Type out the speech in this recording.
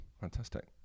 Fantastic